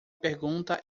pergunta